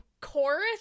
Chorus